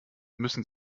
müssen